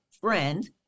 friend